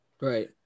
Right